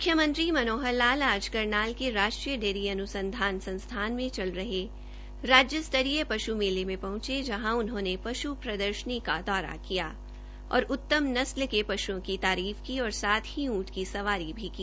मुख्यमंत्री मनोहर लाल आज करनाल के राष्ट्रीय डेयरी अनुसंधान संस्थान में चल रहे राज्य स्तरीय पशु मेले में पहुंचे जहां उन्होंने पशु प्रदर्शनी का दौरा किया और उत्तम नस्ल के पशुओं की जमकर तारीफ की और साथ ही ऊंट की सवारी भी की